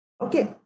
Okay